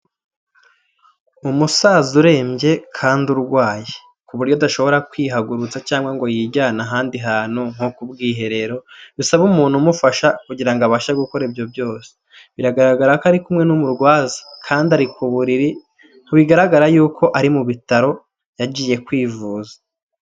Umusaza urembye kandi urwaye ku buryo adashobora kwihagurutsa, cyangwa ngo yijyane ahandi hantu nko ku bwiherero, bisaba umuntu umufasha kugira ngo abashe gukora ibyo byose. Biragaragara ko ari kumwe n'umurwaza kandi ari ku buriri, ntibigaragara yuko ari mu bitaro yagiye kwivuza.